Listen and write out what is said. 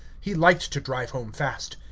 he liked to drive home fast.